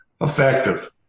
effective